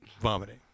vomiting